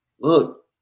Look